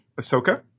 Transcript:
Ahsoka